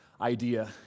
idea